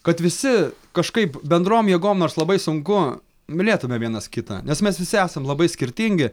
kad visi kažkaip bendrom jėgom nors labai sunku mylėtume vienas kitą nes mes visi esam labai skirtingi